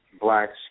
blacks